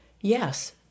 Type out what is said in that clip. Yes